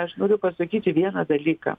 aš noriu pasakyti vieną dalyką